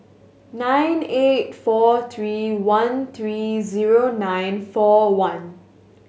nine eight four three one three zero nine four one